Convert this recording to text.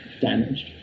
damaged